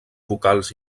vocals